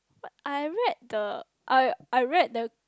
but I make the I I read